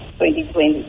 2020